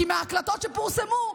כי מההקלטות שפורסמו,